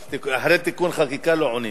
אחרי תיקון התקנון לא עונים,